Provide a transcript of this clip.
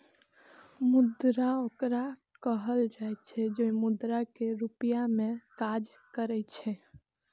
मुद्रा ओकरा कहल जाइ छै, जे मुद्रा के रूप मे काज करै छै